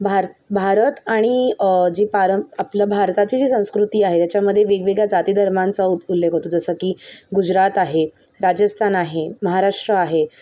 भार भारत आणि जी पार आपलं भारताची जी संस्कृती आहे त्याच्यामध्ये वेगवेगळ्या जातीधर्मांचा उल्लेख होतो जसं की गुजरात आहे राजस्थान आहे महाराष्ट्र आहे